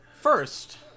First